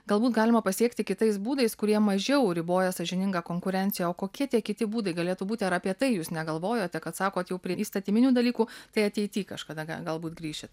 galbūt galima pasiekti kitais būdais kurie mažiau riboja sąžiningą konkurenciją o kokie tie kiti būdai galėtų būti ir apie tai jūs negalvojote kad sakote jau prie įstatyminių dalykų tai ateity kažkada gal galbūt grįšit